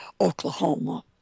Oklahoma